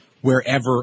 wherever